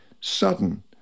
sudden